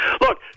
Look